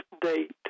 date